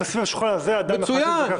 סביב השולחן הזה אין אדם אחד שמתנגד לזה.